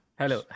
hello